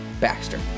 Baxter